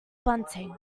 bunting